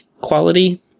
quality